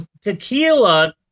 tequila